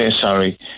sorry